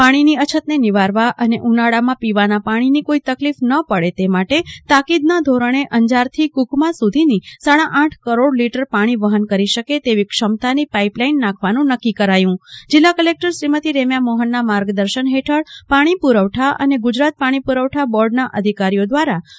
પાણીની અછતને બિવારવા અને ઉનાળામાં પીવાના પાણીની કોઈ તકલીફ ન પડે તે માટે તાકીદના ધોરણે અંજારથી કુકમા સુધીની સાડા આઠ કરોડ લીટર પાણી વહન કરી શકે તેવી ક્ષમતાની પાઈપ લાઇન નાંખવાનું નકકી કરાચું જિલ્લા કલેકટર શ્રીમતી રેમ્યા મોહનના માર્ગદર્શન હેઠળ પાણી પ્રવઠા અને જીડબલ્યુઆઈએલનાં અધિકારીઓ વ્રારા રૂા